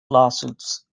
lawsuits